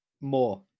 More